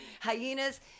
hyenas